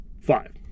five